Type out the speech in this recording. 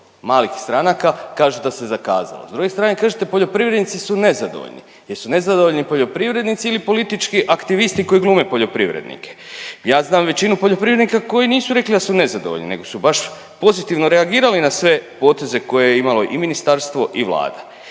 malih stranaka kaže da se zakazalo. S druge strane kažete poljoprivrednici su nezadovoljni. Jesu nezadovoljni poljoprivrednici ili politički aktivisti koji glume poljoprivrednike. Ja znam većinu poljoprivrednika koji nisu rekli da su nezadovoljni nego su baš pozitivno reagirali na sve poteze koje je imalo i ministarstvo i Vlada.